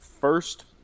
first